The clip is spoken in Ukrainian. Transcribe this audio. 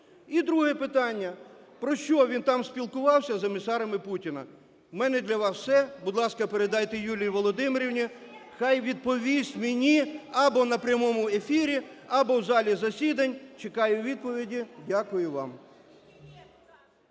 І друге питання: про що він там спілкувався з емісарами Путіна? В мене для вас все. Будь ласка, передайте Юлії Володимирівні, хай відповість мені або на прямому ефірі, або в залі засідань. Чекаю відповіді. Дякую вам.